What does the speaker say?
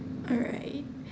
alright